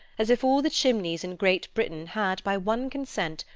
as if all the chimneys in great britain had, by one consent,